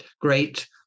great